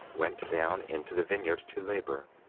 went down into the vineyard to labor.